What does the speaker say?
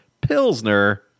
Pilsner